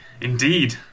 Indeed